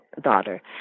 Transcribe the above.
daughter